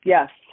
Yes